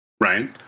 Ryan